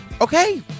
Okay